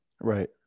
Right